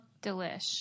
delish